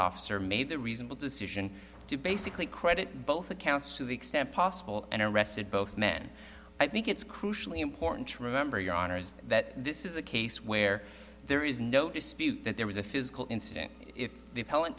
officer made the reasonable decision to basically credit both accounts to the extent possible and arrested both men i think it's crucially important to remember your honour's that this is a case where there is no dispute that there was a physical incident if the